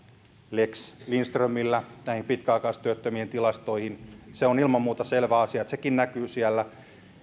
lex lindströmillä pitkäaikaistyöttömien tilastoihin se on ilman muuta selvä asia että sekin näkyy siellä